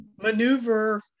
maneuver